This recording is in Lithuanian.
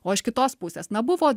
o iš kitos pusės na buvo